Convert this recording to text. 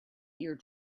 ear